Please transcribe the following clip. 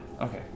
Okay